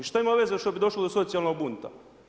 I šta ima veze što bi došlo do socijalnog bunta.